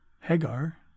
Hagar